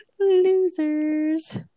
losers